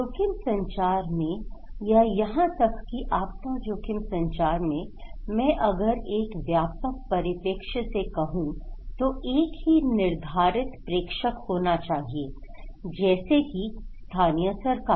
जोखिम संचार में या यहां तक कि आपदा जोखिम संचार में मैं अगर एक व्यापक परिप्रेक्ष्य से कहूं तो एक ही निर्धारित प्रेषक होना चाहिए जैसे कि स्थानीय सरकार